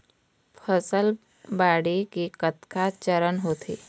फसल बाढ़े के कतका चरण होथे?